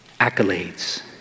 accolades